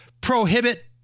prohibit